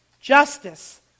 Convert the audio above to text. justice